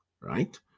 right